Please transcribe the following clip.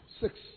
six